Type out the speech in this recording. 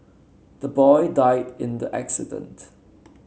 the boy died in the accident